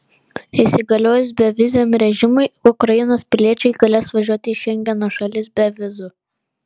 įsigaliojus beviziam režimui ukrainos piliečiai galės važiuoti į šengeno šalis be vizų